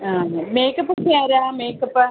ആ അതെ മേക്കപ്പ് ഒക്കെ ആരാ മേക്കപ്പ്